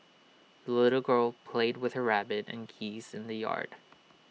the little girl played with her rabbit and geese in the yard